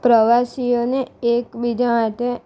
પ્રવાસીઓને એકબીજા માટે